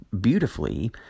beautifully